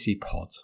pod